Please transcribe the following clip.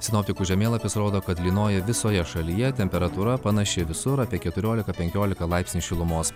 sinoptikų žemėlapis rodo kad lynoja visoje šalyje temperatūra panaši visur apie keturiolika penkiolika laipsnių šilumos